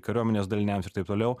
kariuomenės daliniams ir taip toliau